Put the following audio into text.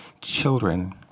children